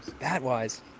bat-wise